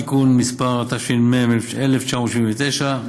התש"ם 1979,